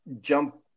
jump